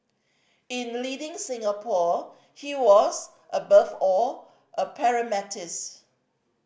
in leading Singapore he was above all a